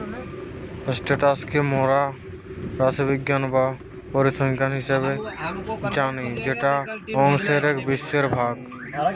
status কে মোরা রাশিবিজ্ঞান বা পরিসংখ্যান হিসেবে জানি যেটা অংকের এক বিশেষ ভাগ